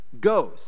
goes